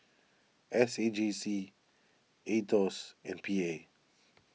S A J C Aetos and P A